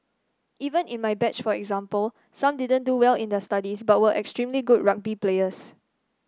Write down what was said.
even in my batch for example some didn't do well in their studies but were extremely good rugby players